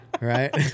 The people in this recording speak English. Right